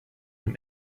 dem